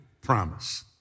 promise